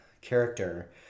character